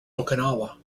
okinawa